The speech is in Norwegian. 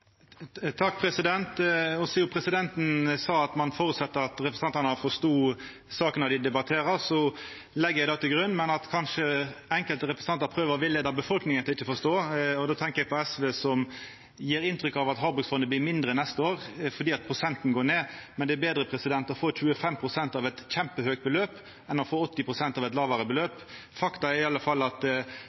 presidenten seier ein føreset at representantane forstår sakene dei debatterer, legg eg det til grunn, men kanskje prøver enkelte representantar å villeia befolkninga til ikkje å forstå. Då tenkjer eg på SV, som gjev inntrykk av at havbruksfondet blir mindre neste år fordi prosenten går ned, men det er betre å få 25 pst. av eit kjempehøgt beløp enn å få 80 pst. av eit lågare beløp. Faktum er i alle fall at